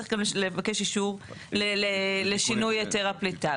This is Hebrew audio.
צריך גם לבקש אישור לשינוי היתר הפליטה.